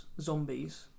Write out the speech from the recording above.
zombies